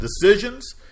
decisions